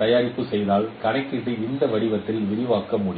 தயாரிப்பு செய்தால் கணக்கீடுகளை இந்த வடிவத்தில் விரிவாக்க முடியும்